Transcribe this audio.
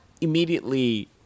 immediately